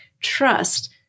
trust